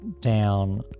down